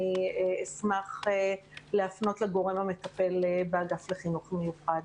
אני אשמח להפנות לגורם המטפל באגף לחינוך מיוחד.